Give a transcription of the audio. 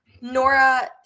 Nora